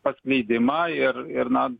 paskleidimą ir ir na